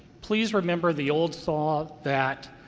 please remember the old saw that